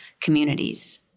communities